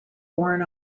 born